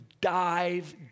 dive